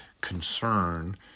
concern